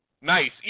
nice